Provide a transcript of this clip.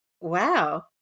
wow